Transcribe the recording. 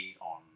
on